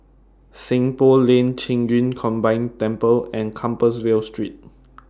Seng Poh Lane Qing Yun Combined Temple and Compassvale Street